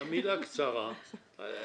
על קרוב משפחה וכו',